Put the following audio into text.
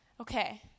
okay